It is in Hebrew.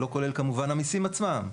לא כולל כמובן המיסים עצמם,